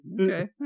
okay